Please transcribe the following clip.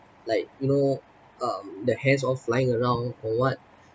like you know um the hairs all flying around or what